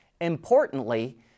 Importantly